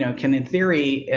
so can in theory, ah,